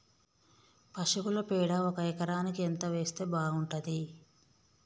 పశువుల పేడ ఒక ఎకరానికి ఎంత వేస్తే బాగుంటది?